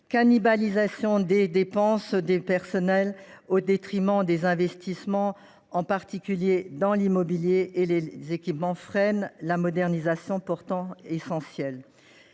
cannibalisation des dépenses de personnel au détriment des investissements, en particulier dans l’immobilier et les équipements, freine une modernisation pourtant essentielle.